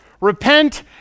Repent